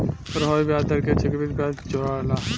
प्रभावी ब्याज दर के चक्रविधि ब्याज से जोराला